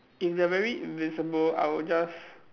if they are very invincible I would just